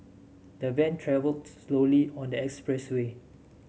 the van travelled slowly on the expressway